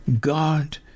God